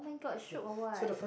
oh-my-god shiok or what